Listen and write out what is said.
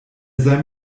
sei